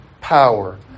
power